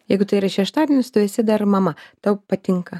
jeigu tai yra šeštadienis tu esi dar mama tau patinka